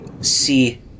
see